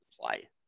play